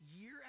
Year